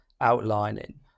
outlining